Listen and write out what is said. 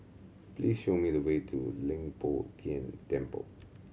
please show me the way to Leng Poh Tian Temple